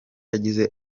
yagize